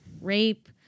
rape